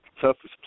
Toughest